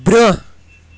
برٛونٛہہ